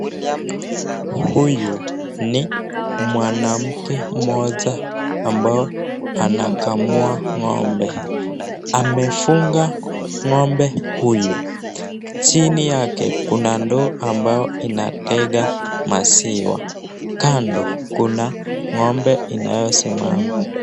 Huyu ni mwanamke mmoja ambao anakamua ng'ombe amefunga ng'ombe huyu, chini yake kuna ndoo ambao inatega maziwa, kando yake kuna ng'ombe inayosimama.